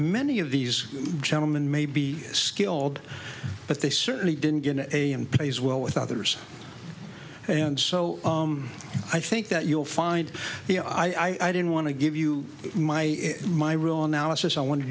many of these gentlemen may be skilled but they certainly didn't get an a in plays well with others and so i think that you'll find the i don't want to give you my my real analysis i wanted